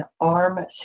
ARM